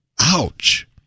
ouch